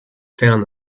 found